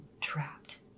trapped